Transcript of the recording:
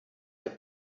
der